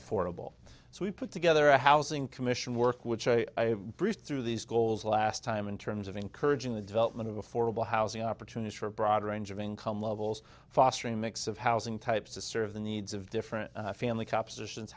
affordable so we put together a housing commission work which i breezed through these goals last time in terms of encouraging the development of affordable housing opportunities for a broad range of income levels fostering mix of housing types to serve the needs of different family compositions